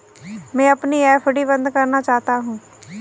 मैं अपनी एफ.डी बंद करना चाहता हूँ